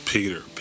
Peter